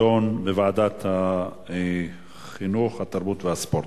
תידון בוועדת החינוך, התרבות והספורט.